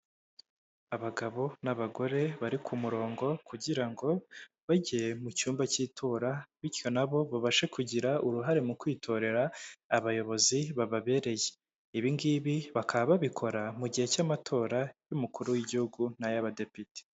Abagabo n'abagore bari ku murongo kugira ngo bajye mu cyumba cy'itora, bityo na bo babashe kugira uruhare mu kwitorera abayobozi bababereye. Ibi ngibi bakaba babikora mu gihe cy'amatora y'umukuru w'igihugu n'ay'abadepite.